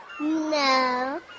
No